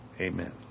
Amen